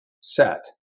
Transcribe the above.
set